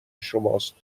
شماست